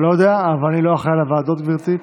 מה קורה מבחינת הוועדות ב-08:30?